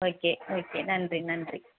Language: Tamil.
ஓகே ஓகே நன்றி நன்றி